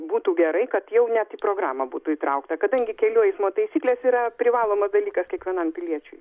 būtų gerai kad jau net į programą būtų įtraukta kadangi kelių eismo taisyklės yra privalomas dalykas kiekvienam piliečiui